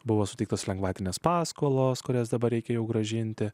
buvo suteiktos lengvatinės paskolos kurias dabar reikėjo grąžinti